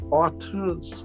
authors